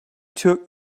took